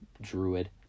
druid